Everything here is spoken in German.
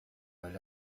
weil